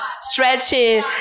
stretching